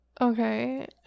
okay